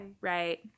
Right